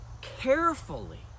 carefully